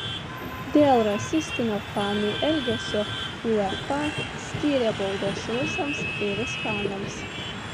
dėl rasistinio fanų elgesio uefa skyrė baudas rusams ir ispanams